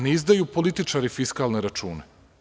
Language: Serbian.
Ne izdaju političari fiskalne račune.